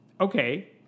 Okay